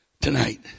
tonight